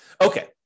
Okay